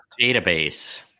database